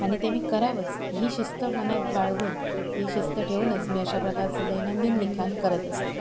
आणि ते मी करावंच ही शिस्त मनात बाळगून ही शिस्त ठेवूनच मी अशा प्रकारचं दैनंदिन लिखाण करत असते